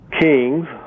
Kings